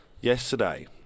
yesterday